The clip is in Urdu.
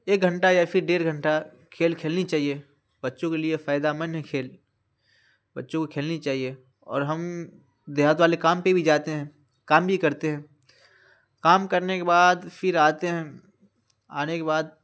ایک گھنٹہ یا پھر ڈیڑھ گھنٹہ کھیل کھیلنی چاہیے بچوں کے لیے فائدہ مند ہے کھیل بچوں کو کھیلنی چاہیے اور ہم دیہات والے کام پہ بھی جاتے ہیں کام بھی کرتے ہیں کام کرنے کے بعد پھر آتے ہیں آنے کے بعد